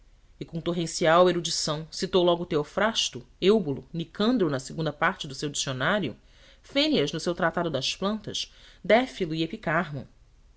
e com torrencial erudição citou logo teofrasto êubulo nicandro na segunda parte do seu dicionário fênias no seu tratado das plantas défilo e epicarmo